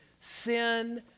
sin